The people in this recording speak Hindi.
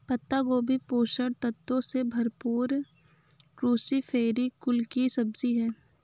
पत्ता गोभी पोषक तत्वों से भरपूर क्रूसीफेरी कुल की सब्जी है